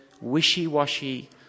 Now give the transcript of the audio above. wishy-washy